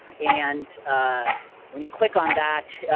and ah when you click on that,